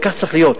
וכך צריך להיות.